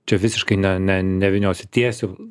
čia visiškai ne ne nevyniosiu tiesiu